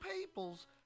peoples